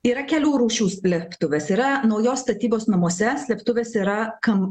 yra kelių rūšių slėptuvės yra naujos statybos namuose slėptuvės yra kam